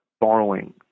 Borrowing